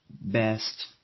best